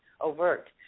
overt